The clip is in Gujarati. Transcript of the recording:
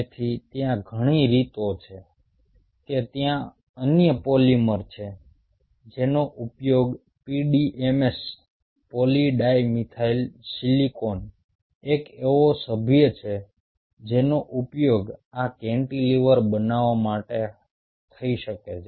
તેથી ત્યાં ઘણી રીતો છે કે ત્યાં અન્ય પોલિમર છે જેનો ઉપયોગ PDMS પોલિડાઇમિથાઇલસિલોક્સેન એક એવો સભ્ય છે જેનો ઉપયોગ આ કેન્ટિલિવર બનાવવા માટે થઈ શકે છે